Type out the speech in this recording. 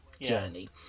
journey